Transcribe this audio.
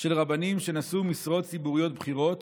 של רבנים שנשאו משרות ציבוריות בכירות,